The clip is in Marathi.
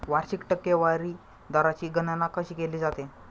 वार्षिक टक्केवारी दराची गणना कशी केली जाते?